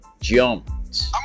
jumped